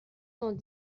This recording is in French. cent